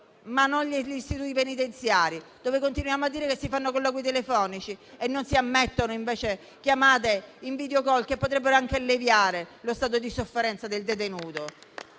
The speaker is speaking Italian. ma non negli istituti penitenziari, dove continuiamo a dire che si fanno i colloqui telefonici e non si ammettono invece in *videocall* - e non si capisce il perché - che potrebbero anche alleviare lo stato di sofferenza del detenuto.